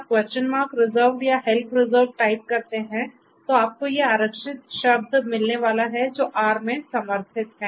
reserved या help type करते हैं तो आपको ये आरक्षित शब्द मिलने वाले हैं जो R में समर्थित हैं